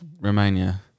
Romania